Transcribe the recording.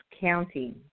county